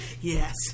Yes